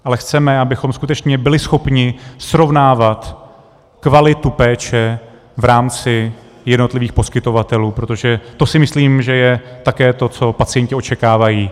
Ale chceme, abychom skutečně byli schopni srovnávat kvalitu péče v rámci jednotlivých poskytovatelů, protože to si myslím, že je také to, co pacienti očekávají.